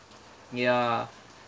ya